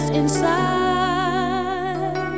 inside